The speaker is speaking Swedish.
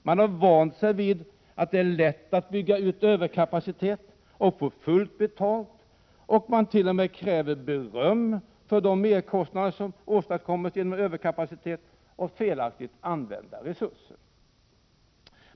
Man har vant sig vid att man lätt kan bygga ut till överkapacitet och få fullt betalt. Man kräver t.o.m. beröm för de merkostnader man har åstadkommit genom överkapacitet och felaktigt 21 använda resurser.